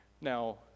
Now